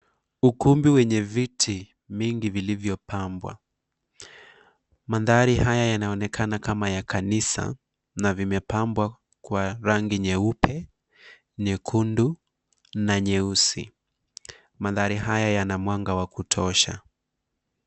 Ukumbi wenye viti mingi vilivyopambwa. Mandhari haya yanaonekana kama ya kanisa na limepambwa kwa rangi nyeupe, nyekundu na nyeusi. Mandhari hayabyana mwanga wa kutosha.